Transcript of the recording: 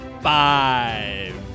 five